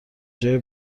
جای